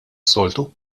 soltu